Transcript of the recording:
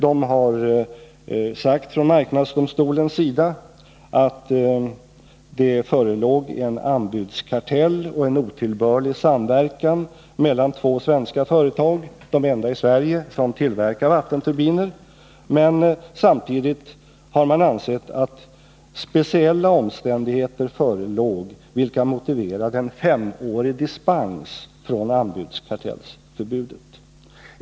Man har från marknadsdomstolens sida sagt att det förelåg en anbudskartell och en otillbörlig samverkan mellan två svenska företag — de enda i Sverige som tillverkar vattenturbiner. Samtidigt har man emellertid ansett att speciella omständigheter förelåg, vilka motiverade en femårig dispens från anbudskartellsförbudet.